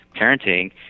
parenting